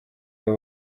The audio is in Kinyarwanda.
aho